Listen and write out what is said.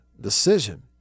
decision